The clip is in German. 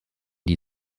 die